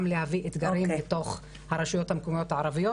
גם להביא אתגרים מתוך הרשויות המקומיות הערביות